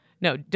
no